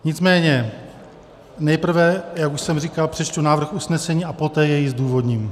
Nicméně nejprve, jak už jsem říkal, přečtu návrh usnesení a poté jej zdůvodním.